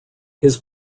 his